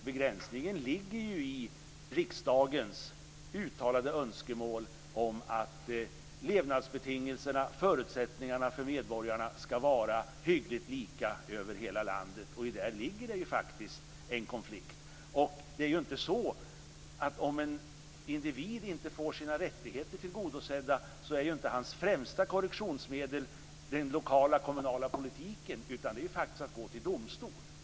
Begränsningen ligger i riksdagens uttalade önskemål om att levnadsbetingelserna och förutsättningarna för medborgarna skall vara hyggligt lika över hela landet. I det ligger en konflikt. Om en individ inte får sina rättigheter tillgodosedda är inte hans främsta korrektionsmedel den lokala kommunala politiken, utan det är att gå till domstol.